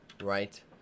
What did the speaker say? right